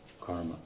karma